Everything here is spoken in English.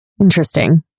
Interesting